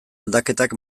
aldaketak